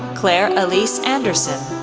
claire elise anderson,